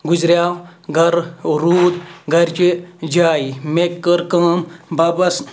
گُزریٛوو گَرٕ روٗد گَرچہِ جایہِ مےٚ کٔر کٲم بَبَس